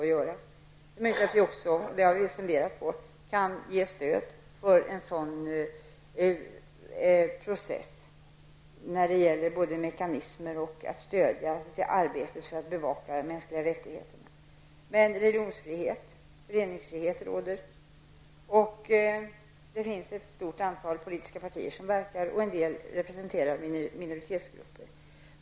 Jag har funderat över om vi kan ge stöd till denna process och till arbetet för att stödja de mänskliga rättigheterna. Religionsfrihet och föreningsfrihet råder, och det finns ett stort antal politiska partier som verkar och en del av dessa representerar minoritetsgrupper.